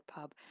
pub